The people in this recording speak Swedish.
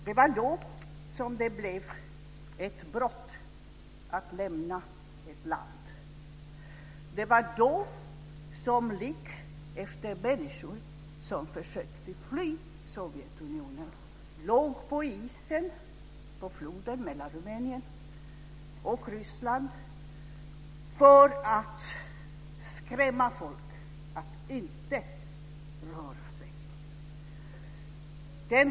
Det var då det blev ett brott att lämna ett land. Det var då lik efter människor som försökte fly Sovjetunionen låg på isen på floden mellan Rumänien och Ryssland för att skrämma folk att inte röra sig.